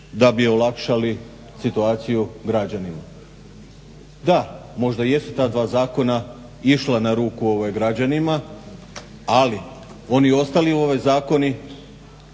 da bi olakšali situaciju građanima. Da možda i jesu ta dva zakona išla na ruku građanima, ali ovi ostali zakoni,